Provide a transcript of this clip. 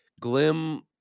glim